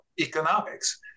economics